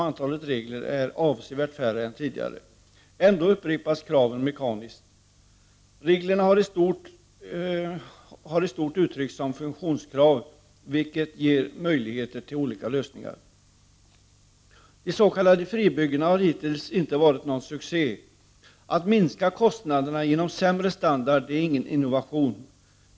Antalet regler är ju avsevärt färre än tidigare. Ändå upprepas kraven mekaniskt. Reglerna har i stort uttryckts som funktionskrav, vilket ger möjligheter till olika lösningar. De s.k. fribyggena har hittills inte varit någon succé. Att minska kostnaderna genom sämre standard är ingen innovation.